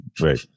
Right